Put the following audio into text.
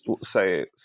say